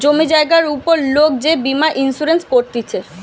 জমি জায়গার উপর লোক যে বীমা ইন্সুরেন্স করতিছে